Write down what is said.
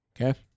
Okay